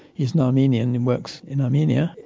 he's an armenian and works in armenia.